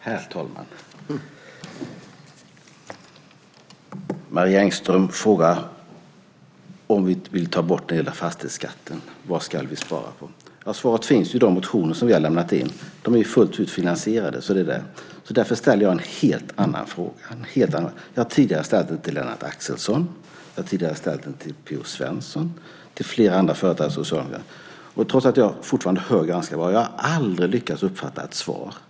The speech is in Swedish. Herr talman! Marie Engström frågade vad vi ska spara på om vi vill ta bort fastighetsskatten. Svaret finns i de motioner som vi har väckt. De är fullt ut finansierade. Därför ska jag ställa en helt annan fråga. Jag har tidigare ställt den till Lennart Axelsson, till Per-Olof Svensson och till flera andra företrädare för Socialdemokraterna. Och trots att jag fortfarande hör ganska bra har jag aldrig lyckats uppfatta ett svar.